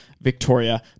Victoria